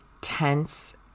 tense